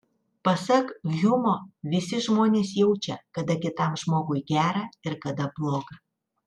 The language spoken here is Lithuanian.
pasak hjumo visi žmonės jaučia kada kitam žmogui gera ir kada bloga